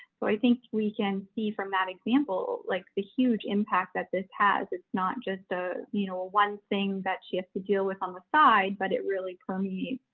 so i think we can see from that example, like the huge impact that this has, it's not just, ah you know one thing that she has to deal with on the side, but it really permeates